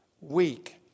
weak